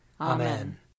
Amen